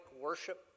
worship